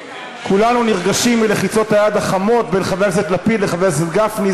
כולנו נרגשים מלחיצות היד החמות בין חבר הכנסת לפיד לחבר הכנסת גפני,